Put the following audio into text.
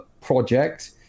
project